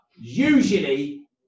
usually